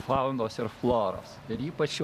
faunos ir floros ir ypač